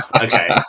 okay